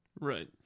Right